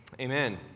amen